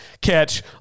catch